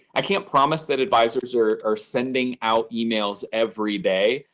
i can't promise that advisers are are sending out emails every day.